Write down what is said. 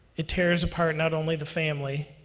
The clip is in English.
it tears apart not only the family,